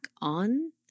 on